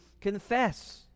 confess